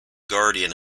guardian